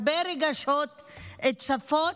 הרבה רגשות צפים,